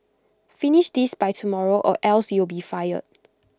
finish this by tomorrow or else you'll be fired